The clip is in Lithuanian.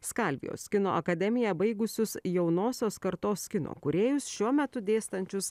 skalvijos kino akademiją baigusius jaunosios kartos kino kūrėjus šiuo metu dėstančius